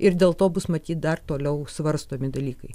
ir dėl to bus matyt dar toliau svarstomi dalykai